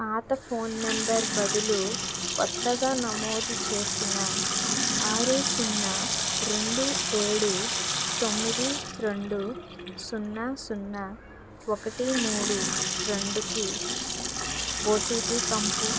పాత phone number బదులు కొత్తగా నమోదు చేసిన ఆరు సున్నా రెండు ఏడు తొమ్మిది రెండు సున్నా సున్నా ఒకటి మూడు రెండుకి ఓటీపీ పంపు